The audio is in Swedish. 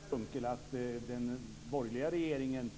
Fru talman! Det innebär, Per Unckel, att den borgerliga regeringen